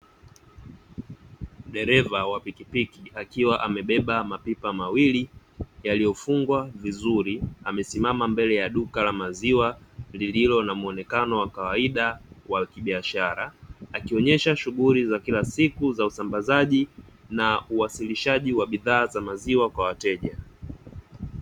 Dereva wa pikipiki akiwa amebeba mapipa mawili, yaliyo fungwa vizuri, amesimama mbele ya duka la maziwa, lililo na mwonekanao wa kawaida wa kibiashara. Akionesha shughuli za kila siku za usambazaji na uwasilishaji wa bidhaa za maziwa kwa wateja.